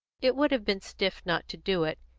it would have been stiff not to do it,